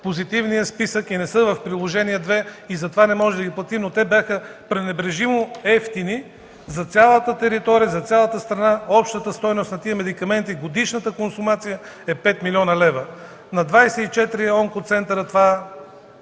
Позитивния списък и не са в Приложение № 2, и затова не можем да ги платим. Но те бяха пренебрежимо евтини – за цялата страна общата стойност на тези медикаменти, годишната консумация е 5 млн. лв. На 24 онкоцентъра това може